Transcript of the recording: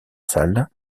salle